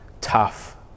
tough